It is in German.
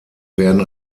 werden